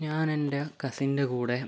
ഞാനെൻ്റെ കസിൻ്റെ കൂടെ